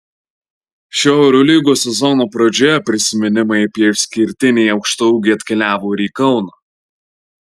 šio eurolygos sezono pradžioje prisiminimai apie išskirtinį aukštaūgį atkeliavo ir į kauną